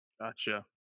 Gotcha